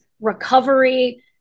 recovery